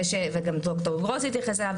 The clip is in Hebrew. וגם ד"ר גרוס התייחס אליו,